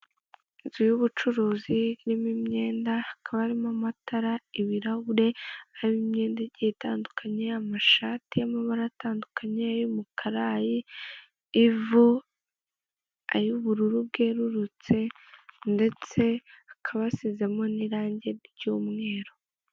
Inzu y'ubucuruzi irimo imyenda hakaba harimo amatara, ibirahure harimo imyenda igiye itandukanye yaba amashati y'amabara atandukanye y'umukara, ay'ivu, ay'ubururu bwererutse ndetse hakaba hasizemo n'irangi ry'umweru.